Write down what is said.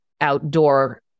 outdoor